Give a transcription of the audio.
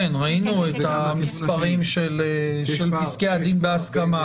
כן, ראינו את המספרים של פסקי הדין בהסכמה.